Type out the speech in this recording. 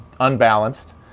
Unbalanced